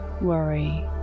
worry